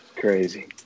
crazy